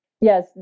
Yes